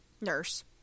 Nurse